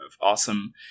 awesome